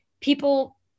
people